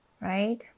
right